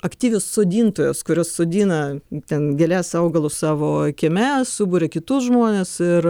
aktyvios sodintojos kurios sodina ten gėles augalus savo kieme suburia kitus žmones ir